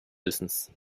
wissens